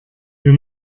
wir